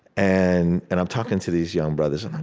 and and i'm talking to these young brothers.